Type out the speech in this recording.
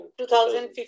2015